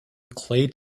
clay